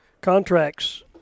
contracts